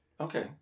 Okay